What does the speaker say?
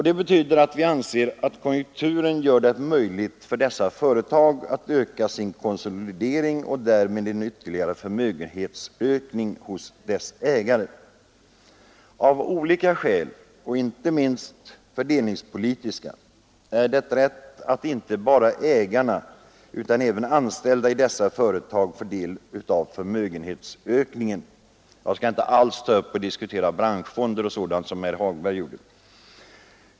Det betyder att vi anser att konjunkturen möjliggör en konsolidering av företagen och därmed ytterligare förmögenhetsökning hos deras ägare. Av olika skäl, inte minst fördelningspolitiska, är det rätt att inte bara ägarna utan även de anställda i dessa företag får del av förmögenhetsökningen. Jag skall inte alls diskutera branschfonder och sådant som herr Hagberg gjorde.